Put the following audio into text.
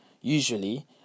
usually